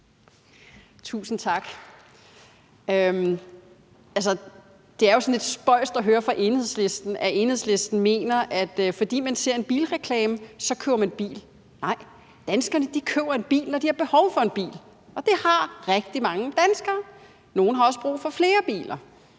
Tusind tak. Det er jo sådan lidt spøjst at høre fra Enhedslisten, at fordi man ser en bilreklame, køber man en bil. Nej, danskerne køber en bil, når de har behov for en bil, og det har rigtig mange danskere. Nogle har også behov for flere biler.